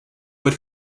but